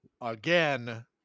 again